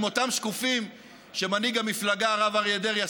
הם אותם שקופים שמנהיג המפלגה הרב אריה דרעי,